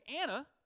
Anna